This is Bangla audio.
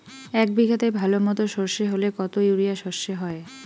এক বিঘাতে ভালো মতো সর্ষে হলে কত ইউরিয়া সর্ষে হয়?